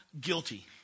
guilty